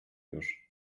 już